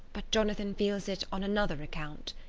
but jonathan feels it on another account.